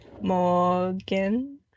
Morgan